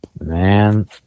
Man